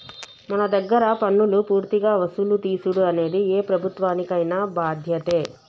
మన దగ్గర పన్నులు పూర్తిగా వసులు తీసుడు అనేది ఏ ప్రభుత్వానికైన బాధ్యతే